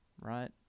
right